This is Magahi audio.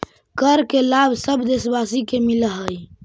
कर के लाभ सब देशवासी के मिलऽ हइ